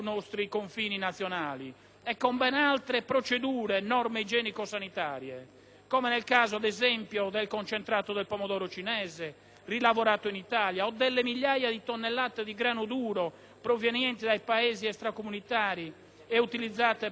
e con ben altre procedure e norme igienico-sanitarie, come nel caso, ad esempio, del concentrato di pomodoro cinese rilavorato in Italia o delle migliaia di tonnellate di grano duro provenienti dai Paesi extracomunitari e utilizzati per la fabbricazione della pasta.